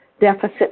deficit